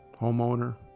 homeowner